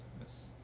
yes